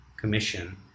Commission